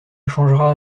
changera